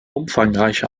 umfangreiche